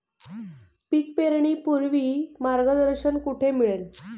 पीक पेरणीपूर्व योग्य मार्गदर्शन कुठे मिळेल?